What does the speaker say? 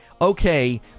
okay